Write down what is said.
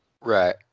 Right